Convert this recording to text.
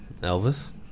Elvis